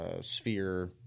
sphere